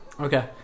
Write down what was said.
Okay